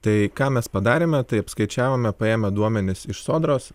tai ką mes padarėme tai apskaičiavome paėmę duomenis iš sodros